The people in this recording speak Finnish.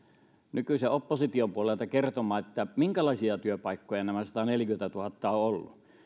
nykyisen opposition puolelta kertomaan minkälaisia työpaikkoja nämä sataneljäkymmentätuhatta ovat olleet